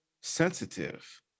sensitive